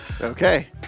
Okay